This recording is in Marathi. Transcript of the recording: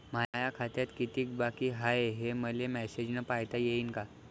माया खात्यात कितीक बाकी हाय, हे मले मेसेजन पायता येईन का?